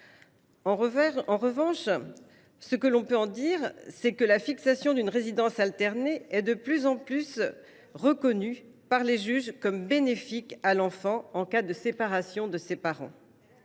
de garde. Quoi qu’il en soit, la fixation d’une résidence alternée est de plus en plus reconnue par les juges comme bénéfique à l’enfant en cas de séparation de ses parents.